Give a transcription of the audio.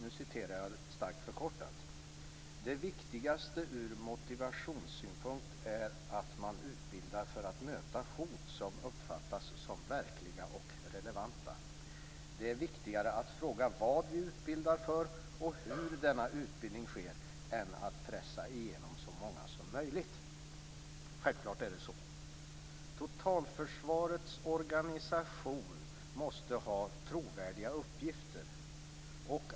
Där skriver hon: Det viktigaste ur motivationssynpunkt är att man utbildar för att möta hot som uppfattas som verkliga och relevanta. Det är viktigare att fråga vad vi utbildar för och hur denna utbildning sker än att pressa igenom så många som möjligt. Självklart är det så. Totalförsvarets organisation måste ha trovärdiga uppgifter.